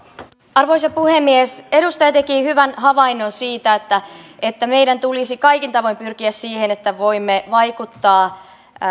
arvoisa puhemies edustaja teki hyvän havainnon siitä että että meidän tulisi kaikin tavoin pyrkiä siihen että voimme vaikuttaa